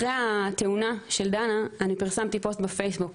אחרי התאונה של דנה פרסמתי פוסט בפייסבוק